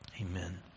Amen